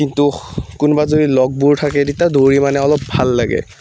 কিন্তু কোনোবা যদি লগবোৰ থাকে তেতিয়া দৌৰি মানে অলপ ভাল লাগে